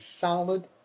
solid